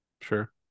Sure